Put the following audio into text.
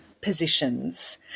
positions